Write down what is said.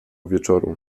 wieczoru